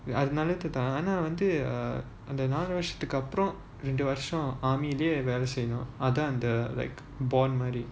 ஆனா வந்து அந்த நாலு வருஷத்துக்கு அப்புறம் ரெண்டு வருஷம்:aana vanthu antha naalu varusathuku appuram rendu varusam army லேயே வேலை செய்யணும்:leye velai seiyanum other than the bond money